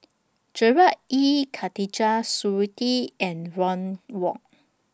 Gerard Ee Khatijah Surattee and Ron Wong